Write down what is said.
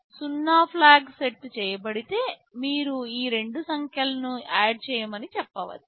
0 flag set చేయబడితే మీరు ఈ 2 సంఖ్యలను add చేయమని చెప్పవచ్చు